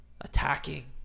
attacking